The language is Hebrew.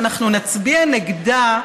ואנחנו נצביע נגדה.